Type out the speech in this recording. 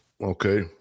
okay